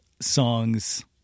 songs